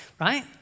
right